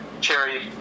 cherry